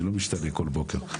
אני לא משתנה כל בוקר.